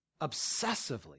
obsessively